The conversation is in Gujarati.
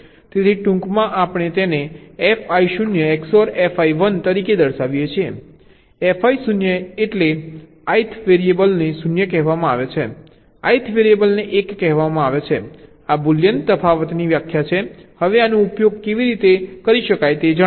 તેથી ટૂંકમાં આપણે તેને fi0 XOR fi1 તરીકે દર્શાવીએ છીએ fi0 એટલે i th વેરીએબલને 0 કહેવામાં આવે છે i th વેરિયેબલને 1 કહેવાય છે આ બુલિયન તફાવતની વ્યાખ્યા છે હવે આનો ઉપયોગ કેવી રીતે કરી શકાય તે જણાવો